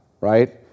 right